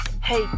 Hey